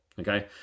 Okay